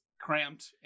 cramped